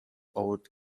old